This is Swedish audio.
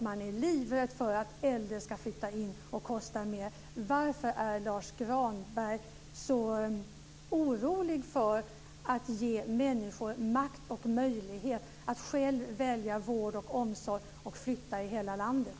Man är livrädd för att äldre ska flytta in och kosta mer. Varför är Lars Granberg så orolig för att ge människor makt och möjlighet att själva välja vård och omsorg och att flytta i hela landet?